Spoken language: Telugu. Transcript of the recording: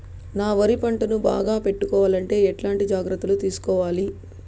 నా వరి పంటను బాగా పెట్టుకోవాలంటే ఎట్లాంటి జాగ్రత్త లు తీసుకోవాలి?